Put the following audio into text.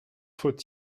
faut